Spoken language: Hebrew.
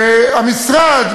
והמשרד,